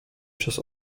przez